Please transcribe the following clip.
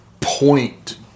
point